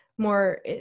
more